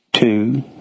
Two